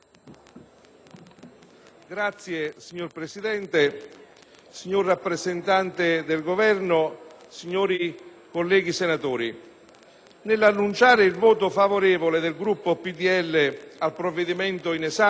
*(PdL)*. Signora Presidente, signor rappresentante del Governo, signori colleghi senatori, nell'annunciare il voto favorevole del Gruppo PdL al provvedimento in esame,